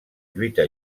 lluita